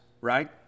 right